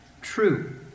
True